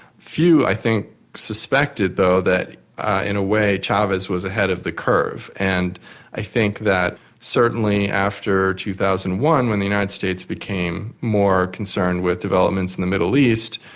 few i think suspected though that in a way, chavez was ahead of the curve, and i think that certainly after two thousand and one when the united states became more concerned with developments in the middle east,